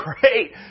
Great